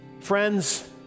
Friends